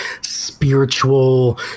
spiritual